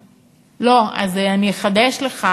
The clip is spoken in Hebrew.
לא, אז אני אחדש לך.